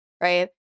right